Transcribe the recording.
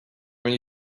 many